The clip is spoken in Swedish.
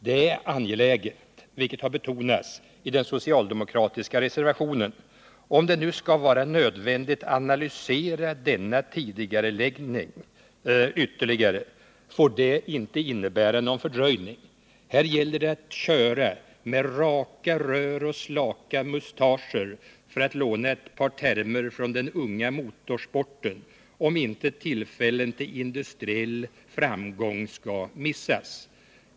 Det är en angelägen åtgärd, vilket också har betonats i den socialdemokratiska reservationen. Om det nu skall vara nödvändigt att analysera denna tidigareläggning ytterligare, får detta inte innebära någon fördröjning. Här gäller det att ”köra med raka rör och slaka mustascher”, för att låna ett par termer från den unga motorsporten, om inte tillfällen till industriell framgång skall missas.